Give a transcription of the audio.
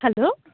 hello